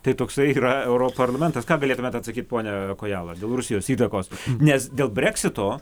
tai toksai yra europarlamentas ką galėtumėte atsakyti pone kojala dėl rusijos įtakos nes dėl breksito